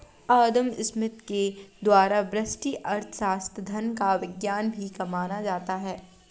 अदम Smith के द्वारा व्यष्टि अर्थशास्त्र धन का विज्ञान भी माना था